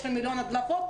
יש מיליון הדלפות,